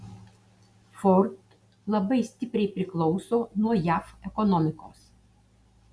ford labai stipriai priklauso nuo jav ekonomikos